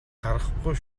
харахгүй